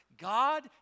God